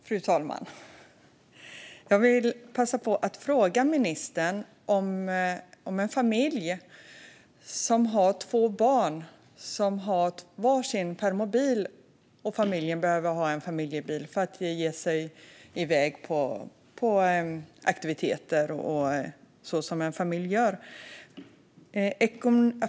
Fru talman! Jag vill passa på att ställa en fråga till ministern om en familj som har två barn med var sin permobil. Familjen behöver en familjebil för att ge sig iväg på aktiviteter och annat, så som en familj gör.